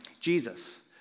Jesus